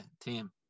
Team